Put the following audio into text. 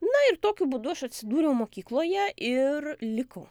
na ir tokiu būdu aš atsidūriau mokykloje ir likau